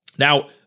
Now